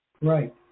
right